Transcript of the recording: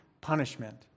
punishment